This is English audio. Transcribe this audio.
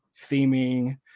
theming